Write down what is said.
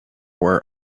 were